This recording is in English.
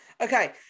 Okay